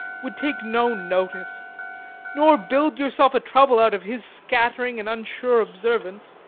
would take no notice nor build yourself a trouble out of his scattering and unsure observance